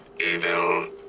evil